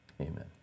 amen